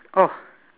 oh